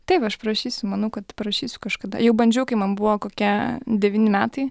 taip aš prašysiu manau kad parašysiu kažkada jau bandžiau kai man buvo kokie devyni metai